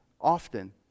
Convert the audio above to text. often